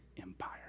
empire